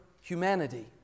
humanity